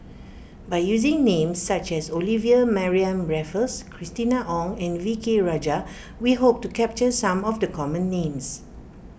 by using names such as Olivia Mariamne Raffles Christina Ong and V K Rajah we hope to capture some of the common names